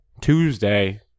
Tuesday